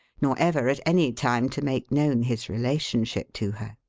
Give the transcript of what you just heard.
nor ever at any time to make known his relationship to her.